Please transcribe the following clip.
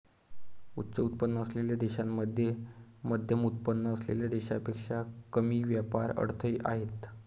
उच्च उत्पन्न असलेल्या देशांमध्ये मध्यमउत्पन्न असलेल्या देशांपेक्षा कमी व्यापार अडथळे आहेत